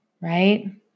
right